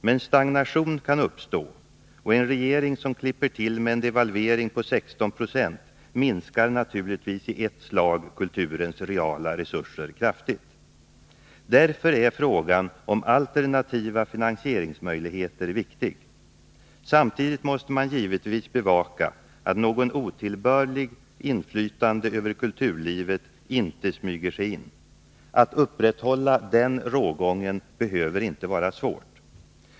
Men stagnation kan uppstå, och en regering som klipper till med en devalvering på 16 96 minskar naturligtvis i ett slag kulturens reala resurser kraftigt. Därför är frågan om alternativa finansieringsmöjligheter viktig. Samtidigt måste man givetvis bevaka att något otillbörligt inflytande över kulturlivet inte smyger sig in. Att upprätthålla den rågången behöver inte vara svårt.